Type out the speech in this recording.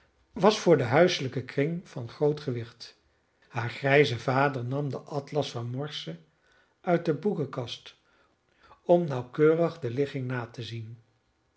was voor den huiselijken kring van groot gewicht haar grijze vader nam den atlas van morse uit de boekenkast om nauwkeurig de ligging na te zien